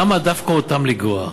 למה דווקא אותן לגרוע?